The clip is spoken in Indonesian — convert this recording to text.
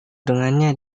dengannya